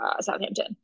Southampton